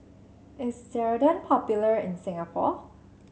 is Ceradan popular in Singapore